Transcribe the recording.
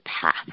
path